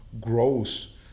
grows